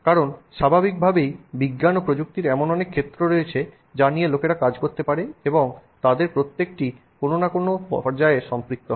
কারণ স্বাভাবিকভাবেই বিজ্ঞান ও প্রযুক্তির এমন অনেক ক্ষেত্র রয়েছে যা নিয়ে লোকেরা কাজ করতে পারে এবং তাদের প্রত্যেকটি কোনও না কোনও পর্যায়ে সম্পৃক্ত হয়